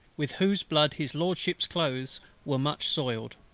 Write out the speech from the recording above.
with whose blood his lordship's clothes were much soiled.